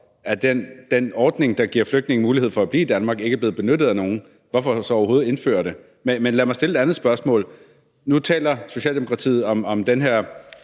at den ordning, der giver flygtninge mulighed for at blive i Danmark, ikke er blevet benyttet af nogen. Hvorfor så overhovedet indføre det? Men lad mig stille et andet spørgsmål. Nu taler Socialdemokratiet om den her